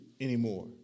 anymore